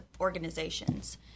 organizations